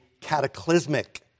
cataclysmic